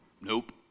nope